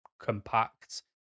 compact